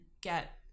get